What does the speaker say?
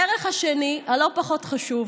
הערך השני, הלא-פחות חשוב: